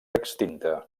extinta